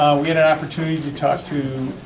we had an opportunity to talk to